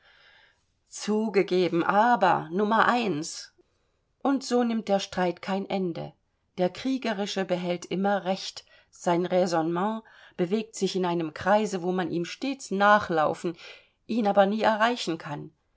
zugegeben aber nr und so nimmt der streit kein ende der kriegerische behält immer recht sein räsonnement bewegt sich in einem kreise wo man ihm stets nachlaufen ihn aber nie erreichen kann